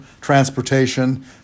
transportation